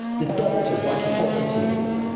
the doctors, like hippocrates,